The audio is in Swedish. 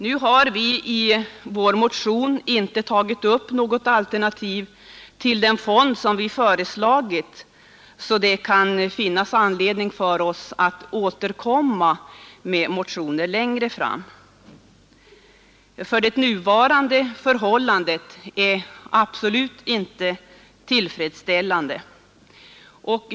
Vi har i vår motion inte tagit upp något alternativ till den fond som vi föreslagit, varför det kan finnas anledning för oss att längre fram återkomma med motioner i denna fråga, eftersom det nuvarande 85 förhållandet absolut inte är tillfredsställande.